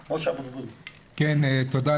תודה.